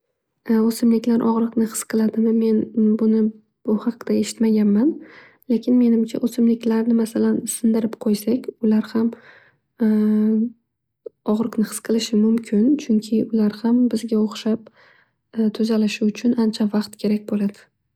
O'simliklar og'riqni his qiladimi. Men bu haqda eshitmaganman lekin menimcha o'simliklarni sindirib qo'ysak ular ham og'riqni his qilishi mumkin. Chunki ular ham bizga o'xshab tuzalishi uchun ancha vaqt kerak bo'ladi.